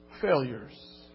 failures